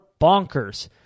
bonkers